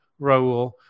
Raul